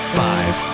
five